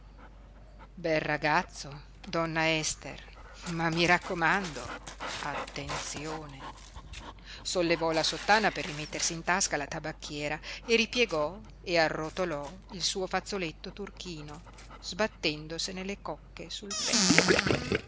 bel ragazzo donna ester ma mi raccomando attenzione sollevò la sottana per rimettersi in tasca la tabacchiera e ripiegò e arrotolò il suo fazzoletto turchino sbattendosene le cocche sul petto